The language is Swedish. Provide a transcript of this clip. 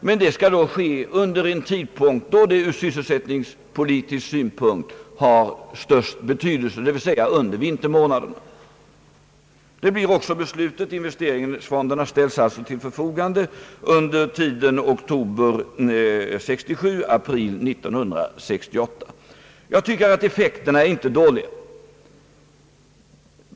Men detta skall då ske under en tid då det ur sysselsättningspolitisk synpunkt har största betydelsen, dvs. under vintermånaderna. Investeringsfonderna ställs alltså till förfogande under tiden oktober 1967 till april 1968. Jag tycker att effekterna inte är dåliga.